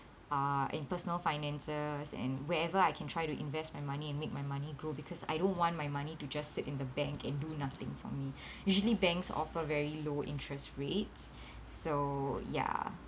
uh and personal finances and wherever I can try to invest my money and make my money grow because I don't want my money to just sit in the bank and do nothing for me usually banks offer very low interest rates so ya